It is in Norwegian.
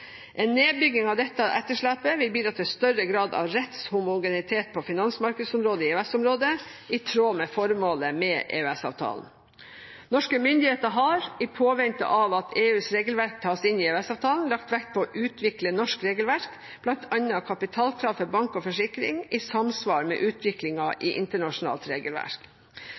En nedbygging av dette etterslepet vil bidra til større grad av rettshomogenitet på finansmarkedsområdet i EØS-området, i tråd med formålet med EØS-avtalen. Norske myndigheter har, i påvente av at EUs regelverk tas inn i EØS-avtalen, lagt vekt på å utvikle norsk regelverk, bl.a. kapitalkrav for bank og forsikring, i samsvar med utviklingen i internasjonalt regelverk.